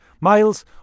Miles